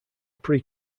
pre